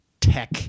tech